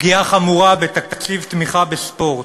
פגיעה חמורה בתקציב תמיכה בספורט,